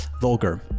vulgar